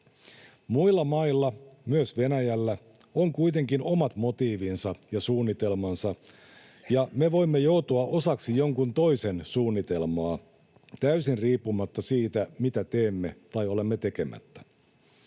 Muilla mailla, myös Venäjällä, on kuitenkin omat motiivinsa ja suunnitelmansa, ja me voimme joutua osaksi jonkun toisen suunnitelmaa täysin riippumatta siitä, mitä teemme tai olemme tekemättä.